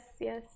yes